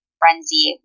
frenzy